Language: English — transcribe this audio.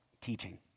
teaching